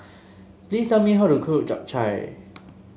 please tell me how to cook Japchae